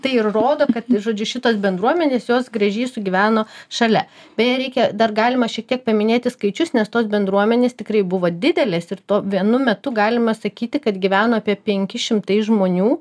tai ir rodo kad žodžiu šitos bendruomenės jos gražiai sugyveno šalia beje reikia dar galima šiek tiek paminėti skaičius nes tos bendruomenės tikrai buvo didelės ir to vienu metu galima sakyti kad gyveno apie penki šimtai žmonių